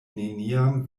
neniam